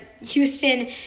houston